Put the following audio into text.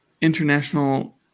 international